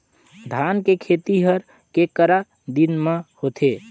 धान के खेती हर के करा दिन म होथे?